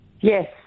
Yes